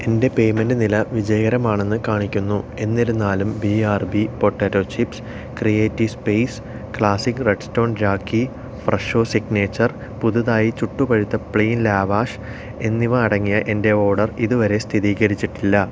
എന്റെ പേയ്മെൻറ് നില വിജയകരമാണെന്ന് കാണിക്കുന്നു എന്നിരുന്നാലും B R B potato chips creative space classic red stone rakhi Fresho signature പുതുതായി ചുട്ടുപഴുത്ത പ്ലെയിൻ ലാവാഷ് എന്നിവ അടങ്ങിയ എന്റെ ഓർഡർ ഇതുവരെ സ്ഥിതീകരിച്ചിട്ടില്ല